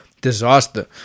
Disaster